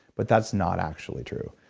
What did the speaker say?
but that's not actually true.